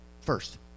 first